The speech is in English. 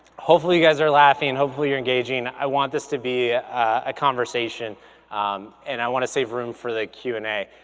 hopefully you guys are laughing, hopefully you're engaging. i want this to be a conversation and i wanna save room for the q and a.